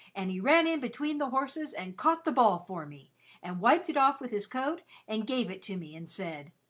and he ran in between the horses and caught the ball for me and wiped it off with his coat and gave it to me and said,